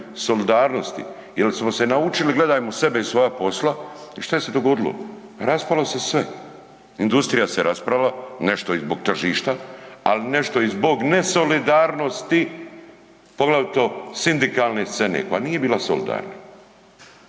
solidarnosti, jer smo se naučili gledajmo sebe i svoja posla i šta je se dogodilo raspalo se sve. Industrija se raspala nešto i zbog tržišta, ali nešto i zbog nesolidarnosti poglavito sindikalne scene, pa nije bila solidarna.